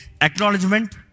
acknowledgement